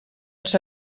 als